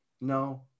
No